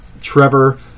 Trevor